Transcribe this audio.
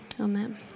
amen